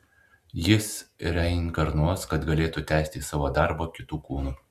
jis reinkarnuos kad galėtų tęsti savo darbą kitu kūnu